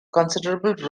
considerable